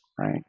right